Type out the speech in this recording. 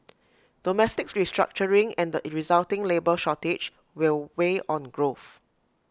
domestic restructuring and the resulting labour shortage will weigh on growth